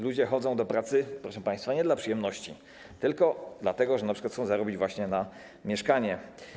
Ludzie chodzą do pracy, proszę państwa, nie dla przyjemności, tylko dlatego, że np. chcą zarobić na mieszkanie.